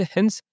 Hence